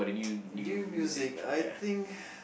new music I think